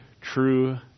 true